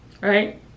right